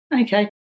Okay